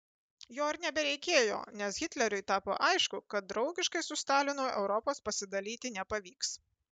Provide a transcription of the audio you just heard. jo ir nebereikėjo nes hitleriui tapo aišku kad draugiškai su stalinu europos pasidalyti nepavyks